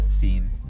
scene